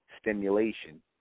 stimulation